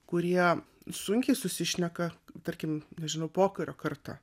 kurie sunkiai susišneka tarkim nežinau pokario karta